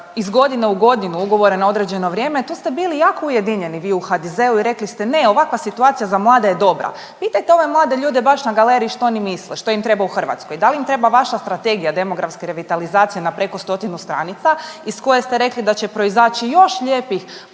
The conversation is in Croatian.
iz godine u godinu ugovore na određeno vrijeme, tu ste bili jako ujedinjeni vi u HDZ-u i rekli ste ne, ovakva situacija za mlade je dobra. Pitajte ove mlade ljude baš na galeriji što oni misle, što im treba u Hrvatskoj, da li im treba vaša Strategija demografske revitalizacije na preko stotinu stranica iz koje ste rekli da će proizaći još lijepih